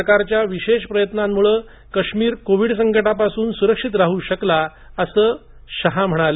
सरकारच्या विशेष प्रयत्नांमुळे काश्मीर कोविड संकटापासून सुरक्षित राहू शकला असं ते म्हणाले